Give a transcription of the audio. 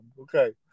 Okay